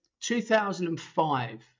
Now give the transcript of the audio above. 2005